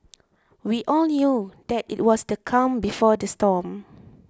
we all knew that it was the calm before the storm